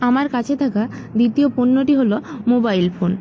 আমার কাছে থাকা দ্বিতীয় পণ্যটি হল মোবাইল ফোন